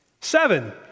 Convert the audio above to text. Seven